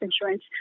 insurance